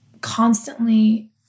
constantly